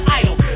idol